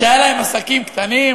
שהיו להם עסקים קטנים,